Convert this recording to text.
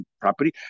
Property